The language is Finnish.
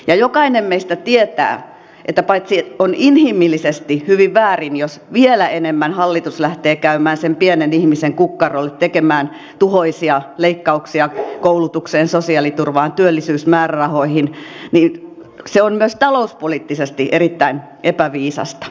ja jokainen meistä tietää että paitsi että on inhimillisesti hyvin väärin jos vielä enemmän hallitus lähtee käymään sen pienen ihmisen kukkarolle tekemään tuhoisia leikkauksia koulutukseen sosiaaliturvaan työllisyysmäärärahoihin niin se on myös talouspoliittisesti erittäin epäviisasta